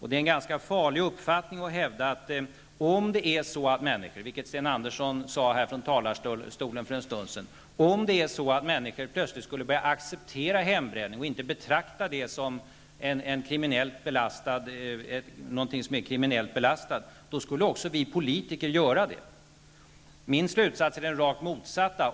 Det är ganska farligt att hävda, att om det är så att människor -- vilket Sten Andersson sade här för en stund sedan -- plötsligt skulle börja acceptera hembränning och inte betrakta detta som någonting kriminellt, skulle vi politiker också göra det. Min slutsats är den rakt motsatta.